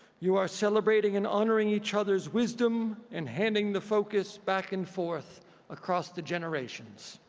you are celebrating and honoring each other's wisdom and handing the focus back and forth across the generations.